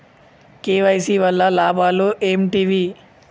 KYC వల్ల లాభాలు ఏంటివి?